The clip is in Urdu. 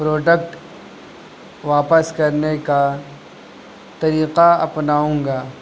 پروڈکٹ واپس کرنے کا طریقہ اپناؤں گا